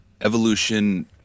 Evolution